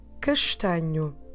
castanho